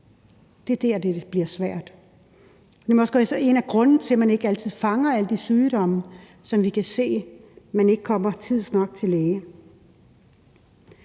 det der, hvor det bliver svært. Det er måske også en af grundene til, at man ikke altid fanger alle de sygdomme, som vi kan se man ikke kommer tidsnok til lægen